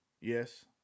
Yes